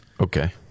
Okay